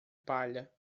palha